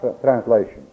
translation